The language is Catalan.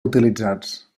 utilitzats